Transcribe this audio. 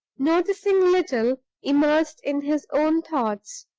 noticing little, immersed in his own thoughts.